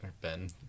Ben